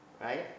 Right